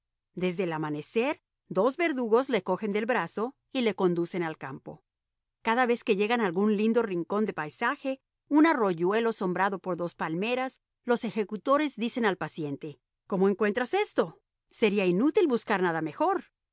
desde el amanecer dos verdugos le cogen del brazo y le conducen al campo cada vez que llegan a algún lindo rincón de paisaje un arroyuelo sombreado por dos palmeras los ejecutores dicen al paciente cómo encuentras esto sería inútil buscar nada mejor